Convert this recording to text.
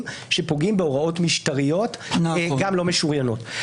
שפוגעים בהוראות משטריות גם לא משוריינות.